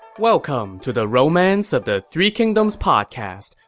welcome to the romance of the three kingdoms podcast.